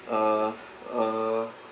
uh